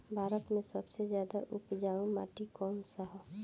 भारत मे सबसे ज्यादा उपजाऊ माटी कउन सा ह?